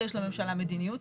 שיש לממשלה מדיניות,